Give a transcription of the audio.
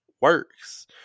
works